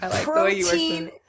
protein